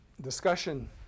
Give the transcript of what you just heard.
Discussion